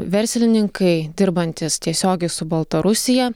verslininkai dirbantys tiesiogiai su baltarusija